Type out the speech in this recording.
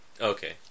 Okay